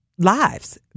Lives